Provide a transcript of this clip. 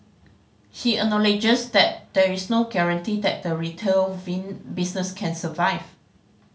he acknowledges that there is no guarantee that the retail business can survive